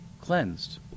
cleansed